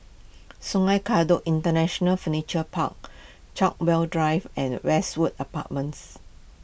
Sungei Kadut International Furniture Park Chartwell Drive and Westwood Apartments